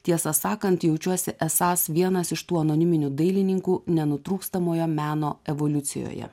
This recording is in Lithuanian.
tiesą sakant jaučiuosi esąs vienas iš tų anoniminių dailininkų nenutrūkstamoje meno evoliucijoje